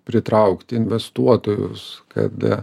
pritraukti investuotojus kad